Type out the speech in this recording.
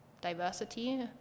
diversity